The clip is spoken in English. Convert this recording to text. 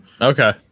okay